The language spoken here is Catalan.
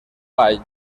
ball